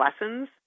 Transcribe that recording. lessons